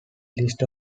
list